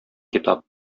китап